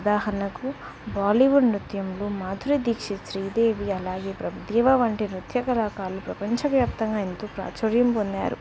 ఉదాహరణకు బాలీవుడ్ నృత్యంలో మాధురి దీక్షిత్ శ్రీదేవి అలాగే ప్రభు దేవ వంటి నృత్య కళాకారులు ప్రపంచవ్యాప్తంగా ఎంతో ప్రాచుర్యం పొన్నారుారు